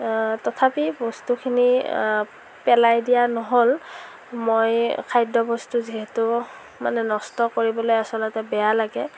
তথাপি বস্তুখিনি পেলাই দিয়া নহ'ল মই খাদ্যবস্তু যিহেতু মানে নষ্ট কৰিবলৈ আচলতে বেয়া লাগে